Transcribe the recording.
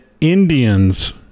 Indians